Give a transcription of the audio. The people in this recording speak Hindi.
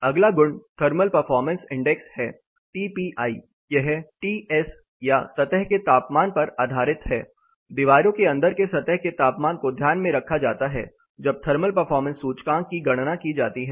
अगला गुण थर्मल परफारमेंस इंडेक्स है टी पी आई यह टीएस या सतह के तापमान पर आधारित है दीवारों के अंदर के सतह के तापमान को ध्यान में रखा जाता है जब थर्मल परफॉर्मेंस सूचकांक की गणना की जाती है